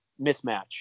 mismatch